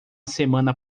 semana